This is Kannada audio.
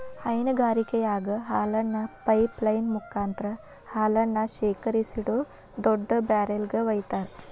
ಹೈನಗಾರಿಕೆಯಾಗ ಹಾಲನ್ನ ಪೈಪ್ ಲೈನ್ ಮುಕಾಂತ್ರ ಹಾಲನ್ನ ಶೇಖರಿಸಿಡೋ ದೊಡ್ಡ ಬ್ಯಾರೆಲ್ ಗೆ ವೈತಾರ